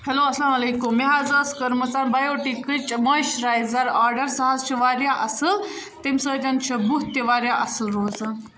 hello اَلسلامُ عَلیکُم مےٚ حظ ٲس کٔرمٕژ بَیوٹیٖکٕچ مویِسچِرایزَر آڈَر سُہ حظ چھِ واریاہ اَصٕل تَمہِ سۭتۍ چھِ بُتھ تہِ واریاہ اَصٕل روزان